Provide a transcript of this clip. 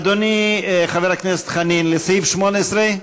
אדוני חבר הכנסת חנין, לסעיף 18?